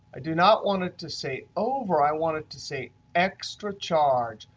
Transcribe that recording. i do not want it to say over. i want it to say, extra charge.